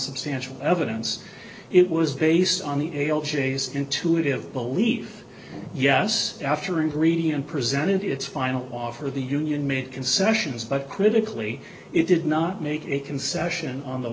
substantial evidence it was based on the l j's intuitive believe yes after ingredion presented its final offer the union made concessions but critically it did not make a concession on the